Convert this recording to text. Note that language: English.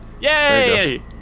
Yay